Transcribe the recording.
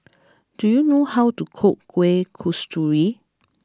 do you know how to cook Kueh Kasturi